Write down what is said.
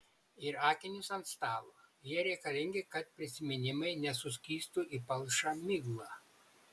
ir akinius ant stalo jie reikalingi kad prisiminimai nesuskystų į palšą miglą